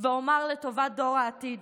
ואומר לטובת דור העתיד